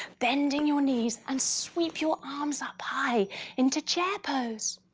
bending your knees and sweep your arms up high into chair pose.